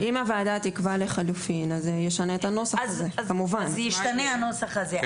אם הוועדה תקבע לחלופין, זה ישנה את הנוסח הזה.